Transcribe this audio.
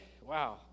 wow